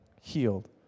healed